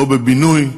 לא בבינוי,